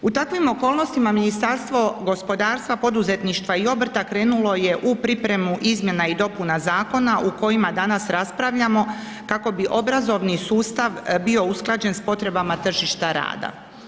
U takvim okolnostima Ministarstvo gospodarstva, poduzetništva i obrta krenulo je u pripremu izmjenu i dopuna zakona o kojima danas raspravljamo kako bi obrazovni sustav bio usklađen s potrebama tržišta rada.